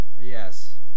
Yes